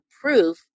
proof